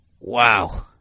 Wow